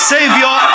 Savior